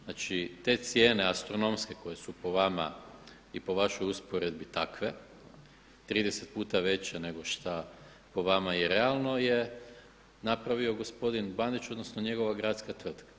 Znači, te cijene astronomske koje su po vama i po vašoj usporedbi takve, 30 puta veće nego šta je po vama realno je napravio gospodin Bandić odnosno njegova gradska tvrtka.